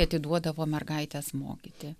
atiduodavo mergaites mokyti